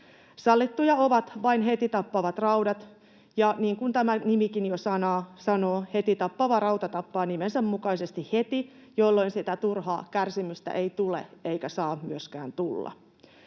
Sallittuja ovat vain heti tappavat raudat, ja niin kuin tämä nimikin jo sanoo, heti tappava rauta tappaa nimensä mukaisesti heti, jolloin sitä turhaa kärsimystä ei tule, eikä myöskään saa tulla.